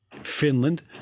Finland